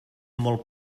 molt